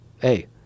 Hey